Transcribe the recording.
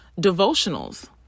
devotionals